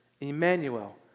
Emmanuel